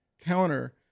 counter